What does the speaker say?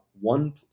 one